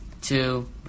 two